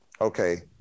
Okay